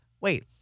wait